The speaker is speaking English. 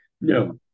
no